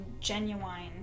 genuine